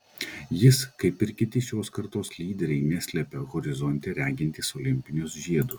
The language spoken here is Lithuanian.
jis kaip ir kiti šios kartos lyderiai neslepia horizonte regintys olimpinius žiedus